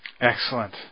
Excellent